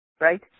Right